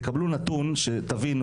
וקבלו נתון כדי שתבינו